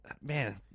man